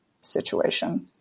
situation